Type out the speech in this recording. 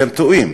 אתם טועים,